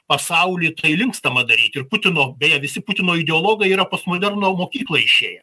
pasauly tai linkstama daryt ir putino beje visi putino ideologai yra postmoderno mokyklą išėję